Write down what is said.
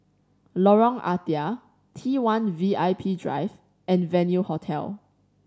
Lorong Ah Thia T One V I P Drive and Venue Hotel